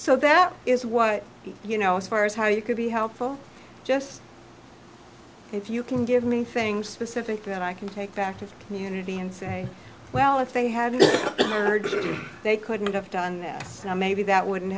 so that is what you know as far as how you could be helpful just if you can give me things specific that i can take back to the community and say well if they had heard that they couldn't have done that maybe that wouldn't